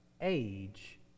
age